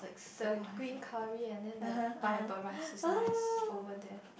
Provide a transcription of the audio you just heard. the green curry and then the pineapple rice is nice over there